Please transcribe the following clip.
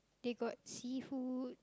they got seafood